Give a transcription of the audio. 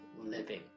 living